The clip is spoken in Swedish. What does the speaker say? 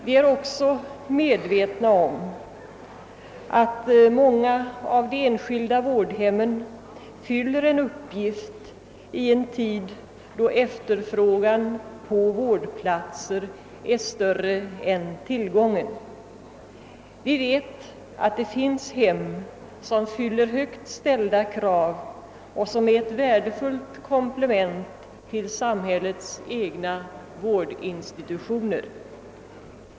Vi är också medvetna om att många av de enskilda vårdhemmen fyller en uppgift i en tid då efterfrågan på vårdplatser är större än tillgången. Vi vet att det finns hem som fyller högt ställda krav och som är ett värdefullt komplement till samhällets egna vårdinstitutioner.